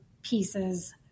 pieces